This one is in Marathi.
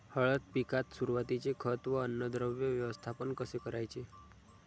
हळद पिकात सुरुवातीचे खत व अन्नद्रव्य व्यवस्थापन कसे करायचे?